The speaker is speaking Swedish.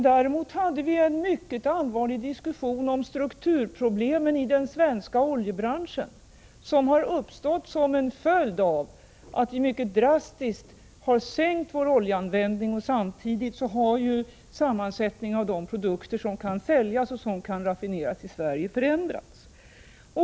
Däremot hade vi en mycket allvarlig diskussion om de strukturproblem inom den svenska oljebranschen som har uppstått till följd av att vi mycket drastiskt har sänkt vår oljeanvändning, samtidigt som sammansättningen av de produkter som kan säljas och raffineras i Sverige har förändrats.